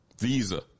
Visa